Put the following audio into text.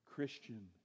Christian